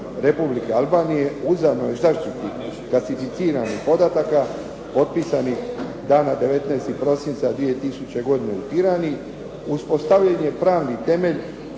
Republike Albanije, uzajamnoj zaštiti klasificiranih podataka potpisanih dana 19. prosinca … /Govornik se ne razumije./ … uspostavljen je pravni temelj